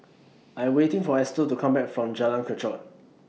I'm waiting For Estel to Come Back from Jalan Kechot